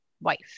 wife